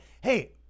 Hey